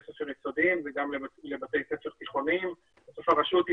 ספר יסודיים וגם בתי ספר תיכוניים ובסוף הרשות היא